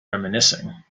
reminiscing